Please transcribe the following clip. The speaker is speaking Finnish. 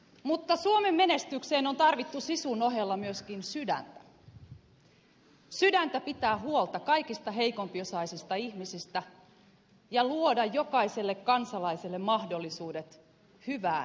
mutta suomen menestykseen on tarvittu sisun ohella myöskin sydäntä sydäntä pitää huolta kaikista heikompiosaisista ihmisistä ja luoda jokaiselle kansalaiselle mahdollisuudet hyvään elämään